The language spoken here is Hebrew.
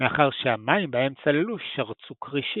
מאחר שהמים בהם צללו שרצו כרישים.